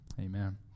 Amen